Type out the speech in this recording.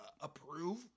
approve